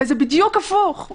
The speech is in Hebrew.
וזה בדיוק הפוך.